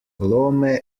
lomé